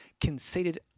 conceded